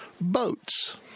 boats